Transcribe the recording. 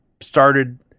started